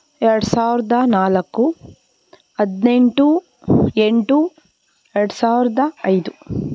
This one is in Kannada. ಎರಡು ಸಾವಿರದ ನಾಲ್ಕು ಹದಿನೆಂಟು ಎಂಟು ಎರಡು ಸಾವಿರದ ಐದು